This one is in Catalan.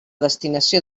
destinació